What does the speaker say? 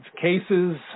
Cases